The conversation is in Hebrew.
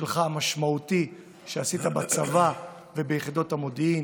המשמעותי שלך שעשית בצבא וביחידות המודיעין,